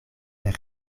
per